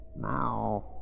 Now